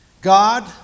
God